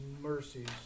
mercies